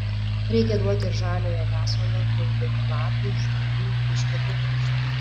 reikia duoti ir žaliojo lesalo kiaulpienių lapų žliūgių kiškio kopūstų